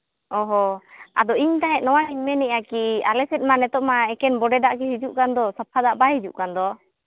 ᱚ ᱦᱚᱸ ᱟᱫᱚ ᱤᱧ ᱛᱟᱦᱮᱸᱫ ᱱᱚᱣᱟᱧ ᱢᱮᱱᱮᱫ ᱛᱟᱦᱮᱱ ᱠᱤ ᱟᱞᱮ ᱥᱮᱫ ᱢᱟ ᱱᱤᱛᱳᱜ ᱢᱟ ᱮᱠᱮᱱ ᱵᱚᱰᱮ ᱫᱟᱜ ᱜᱮ ᱦᱤᱡᱩᱜ ᱠᱟᱱ ᱫᱚ ᱥᱟᱯᱷᱟ ᱫᱟᱜ ᱵᱟᱭ ᱦᱤᱡᱩᱜ ᱠᱟᱱ ᱫᱚ